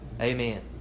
Amen